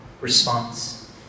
response